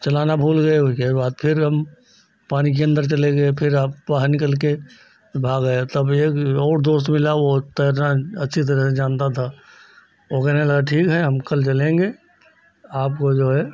चलाना भूल गए ओइकरे बाद फिर हम पानी के अंदर चले गए फिर अब बाहर निकल कर फिर भाग आया तब एक और दोस्त मिला वह तैरना अच्छी तरह से जानता था वह कहने लगा ठीक है हम कल चलेंगे आपको जो है